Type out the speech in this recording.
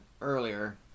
earlier